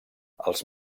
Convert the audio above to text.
els